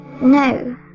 No